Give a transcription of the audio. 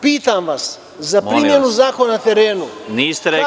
Pitam vas za primenu zakona na terenu, kako da…